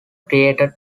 created